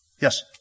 Yes